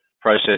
process